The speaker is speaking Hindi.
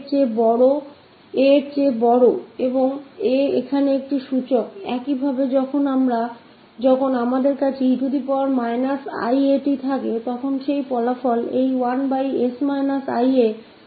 इसी तरह हमारे पास है 𝑒−𝑖𝑎𝑡 तो उसका नतीजा 1s ia इसके बजाए 1siaयह होगा उसी बंधन क साथ की s का मान रियल और 0 से बड़ा होगा